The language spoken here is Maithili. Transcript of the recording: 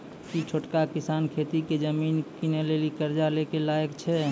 कि छोटका किसान खेती के जमीन किनै लेली कर्जा लै के लायक छै?